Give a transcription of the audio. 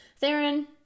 Theron